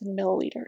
milliliters